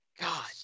god